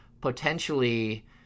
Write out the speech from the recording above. potentially